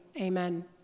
Amen